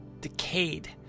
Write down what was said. decayed